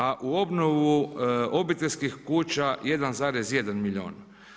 A u obnovu obiteljskih kuća 1,1 milijun.